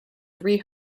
three